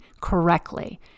correctly